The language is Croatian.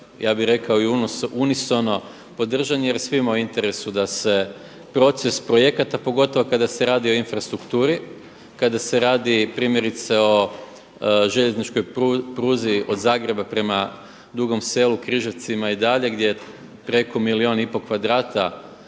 zajednički unisono podržan jer svima je u interesu da se proces projekata pogotovo kada se radi o infrastrukturi, kada se radi primjerice o željezničkoj pruzi od Zagreba prema Dugom Selu, Križevcima i dalje gdje preko milijun i pol kvadrata